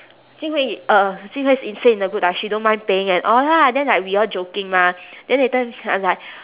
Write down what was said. jing hui uh jing hui in the group lah she don't mind paying at all lah then like we all joking mah then later I'm like